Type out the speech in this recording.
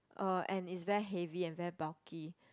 uh and it's very heavy and very bulky